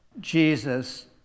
Jesus